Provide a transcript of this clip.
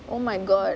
oh my god